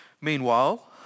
Meanwhile